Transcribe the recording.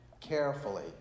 carefully